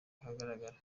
ahagaragara